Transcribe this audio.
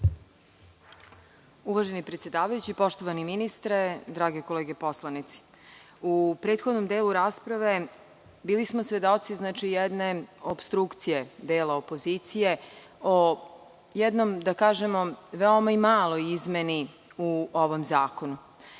Uvaženi predsedavajući, poštovani ministre, drage kolege poslanici, u prethodnom delu rasprave bili smo svedoci jedne opstrukcije dela opozicije o jednom da kažemo veoma maloj izmeni u ovom zakonu. Kolega